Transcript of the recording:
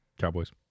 Cowboys